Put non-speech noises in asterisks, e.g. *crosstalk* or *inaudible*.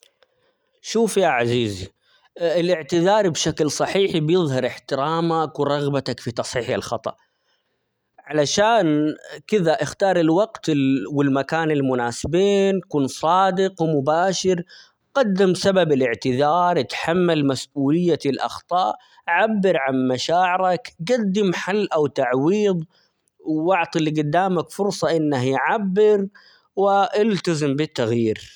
شوف يا عزيزي *hesitation* الإعتذار بشكل صحيح بيظهر احترامك ورغبتك في تصحيح الخطأ، علشان كذا اختار الوقت -ال- والمكان المناسبين كن صادق، ومباشر، قدم سبب الإعتذار ،اتحمل مسؤلية الأخطاء ،عبر عن مشاعرك قدم حل، أو تعويظ ،و-وأعطى اللى قدامك فرصة إنه يعبر و *hesitation* إلتزم بالتغيير.